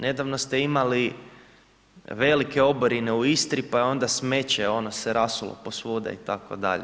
Nedavno ste imali velike oborine u Istri pa je onda smeće ono se rasulo po svuda itd.